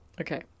Okay